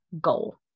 goal